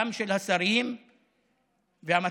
גם של השרים.